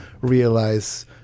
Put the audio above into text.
realize